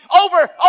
Over